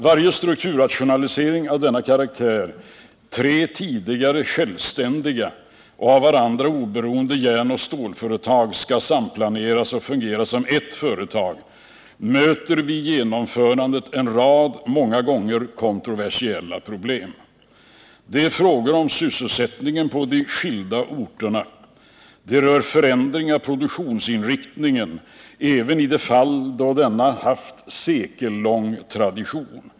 Varje strukturrationalisering av denna karaktär — tre tidigare självständiga och av varandra oberoende järnoch stålföretag skall samplaneras och fungera som ett företag — möter vid genomförandet en rad många gånger kontroversiella problem. Det är fråga om sysselsättningen på de skilda orterna. Det rör förändringar av produktionsinriktningen även i de fall då denna haft sekellång tradition bakom sig.